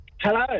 hello